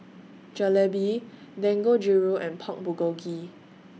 Jalebi Dangojiru and Pork Bulgogi